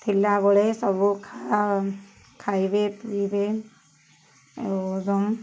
ଥିଲାବେଳେ ସବୁ ଖାଇ ଖାଇବେ ପିଇବେ ଆଉ